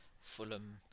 Fulham